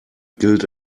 gilt